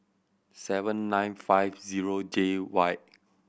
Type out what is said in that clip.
seven nine five zero J Y